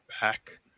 back